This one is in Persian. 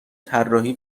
طراحی